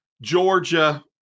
Georgia